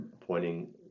pointing